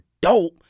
dope